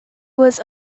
was